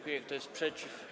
Kto jest przeciw?